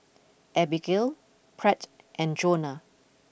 Abigail Pratt and Jonna